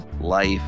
life